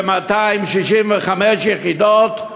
ל-265 יחידות,